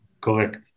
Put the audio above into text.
Correct